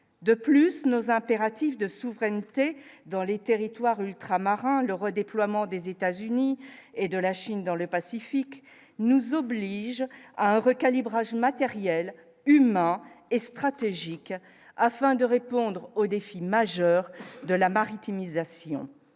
de plus nos impératifs de souveraineté dans les territoires ultramarins le redéploiement des États-Unis et de la Chine dans le Pacifique, nous oblige à un recalibrage matériels, humains et stratégique afin de répondre aux défis majeurs de la maritime mise